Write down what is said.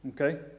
Okay